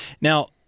Now